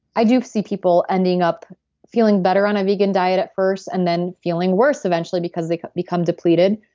i do see people ending up feeling better on a vegan diet at first and then feeling worse eventually because they become depleted.